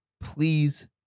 Please